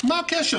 מה הקשר?